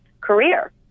career